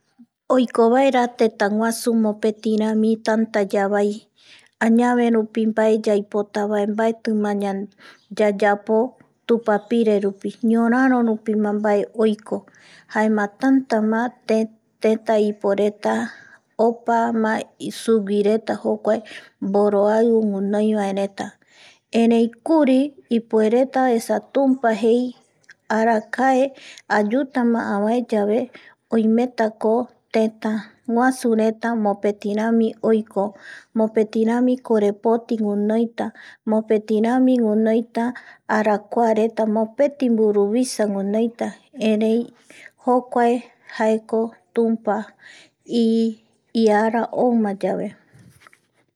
Oikovaera tetaguasu mopetirami tanta yavai, añaverupi mbae yaipotavae mbaetima yayapo tupapirerupi ñoraro rupima mbae oiko jaema tanta ma anivi tenta iporeta opama suguireta jouae mbae mboroaiu guinoivaereta erei kuri ipuereta esa tumpa jei ,arakae ayutama avae yave oimetako tetaguasureta mopeti rami oiko mopetirami korepoti guinoita mopetirami guinoita arakuareta mopeti mburuvisa guinoita erei jokuaejaeko tumpa iara oumayave